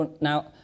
Now